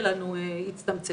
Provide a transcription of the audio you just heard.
לעניין זה,